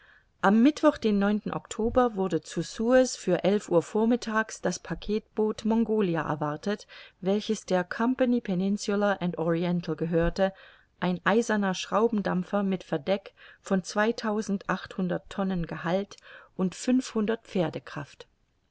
am mittwoch den oktober wurde zu suez für elf uhr vormittags das packetboot mongolia erwartet welches der company peninsular and oriental gehörte ein eiserner schraubendampfer mit verdeck von zweitausendachthundert tonnen gehalt und fünfhundert